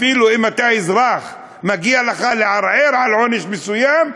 אפילו אם אתה אזרח, מגיע לך לערער על עונש מסוים,